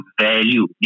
value